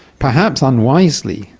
perhaps unwisely,